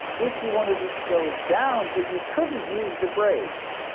if you wanted to slow down, but you couldn't use the brakes.